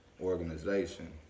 organization